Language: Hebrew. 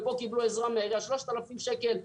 ופה קיבלו עזרה של 3,000 שקל מהעירייה.